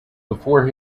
before